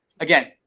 Again